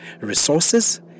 resources